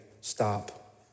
stop